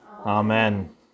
Amen